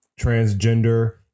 transgender